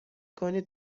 کنید